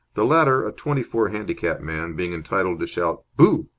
the latter, a twenty-four handicap man, being entitled to shout boo!